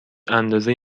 اندازه